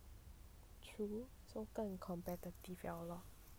true so 更 competitive liao lor